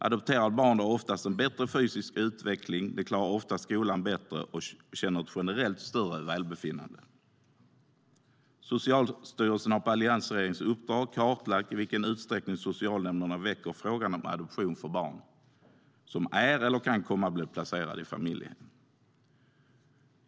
Adopterade barn har oftast en bättre fysisk utveckling. De klarar oftast skolan bättre och känner ett generellt större välbefinnande. Socialstyrelsen har på alliansregeringens uppdrag kartlagt i vilken utsträckning socialnämnderna väcker frågan om adoption av barn som är eller kan komma att bli placerade i familjehem.